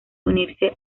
unirse